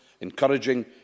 encouraging